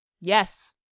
Yes